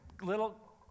little